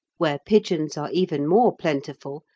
where pigeons are even more plentiful,